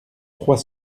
trois